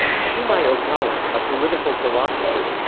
shumei okawa, a political philosopher